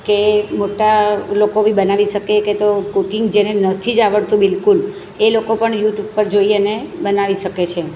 કે મોટા લોકો બી બનાવી શકે કે તો કૂકિંગ જે ને નથી જ આવળતું બિલકુલ એ લોકો પણ યુટ્યુબ પર જોઈએ અને બનાવી શકે છે